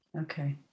Okay